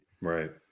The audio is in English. Right